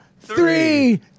three